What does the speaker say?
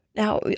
Now